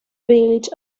village